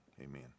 amen